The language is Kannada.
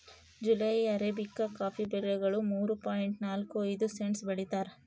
ಜುಲೈ ಅರೇಬಿಕಾ ಕಾಫಿ ಬೆಲೆಗಳು ಮೂರು ಪಾಯಿಂಟ್ ನಾಲ್ಕು ಐದು ಸೆಂಟ್ಸ್ ಬೆಳೀತಾರ